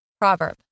Proverb